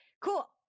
Cool